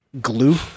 glue